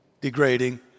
Degrading